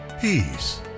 peace